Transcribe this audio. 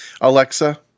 Alexa